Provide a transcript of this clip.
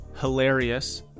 hilarious